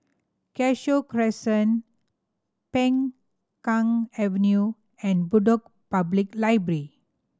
Cashew Crescent Peng Kang Avenue and Bedok Public Library